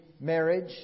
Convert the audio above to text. marriage